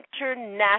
international